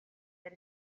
that